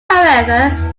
however